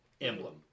emblem